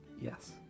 Yes